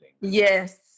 Yes